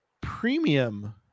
premium